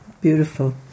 beautiful